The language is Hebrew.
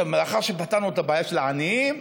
מאחר שפתרנו את הבעיה של העניים,